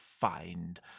find